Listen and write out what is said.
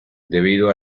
debido